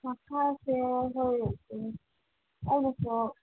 ꯃꯈꯥꯁꯦ ꯍꯣꯏ ꯀꯩꯅꯣ ꯑꯩꯅ ꯑꯣ